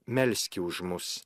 melski už mus